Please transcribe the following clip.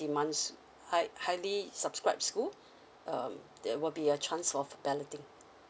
demands high highly subscribe school um there will be a chance of balloting